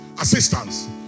assistance